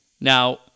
Now